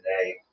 today